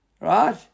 right